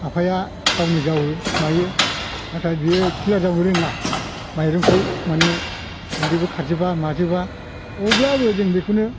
आफाया गावनो जावो मायो नाथाय बियो क्लियार जावनो रोङा माइरंखौ माने गुन्दैबो खारजोबा माजोबा अब्लाबो जों बेखौनो